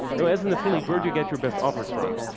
now as an affiliate where do you get your best offers from?